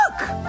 Look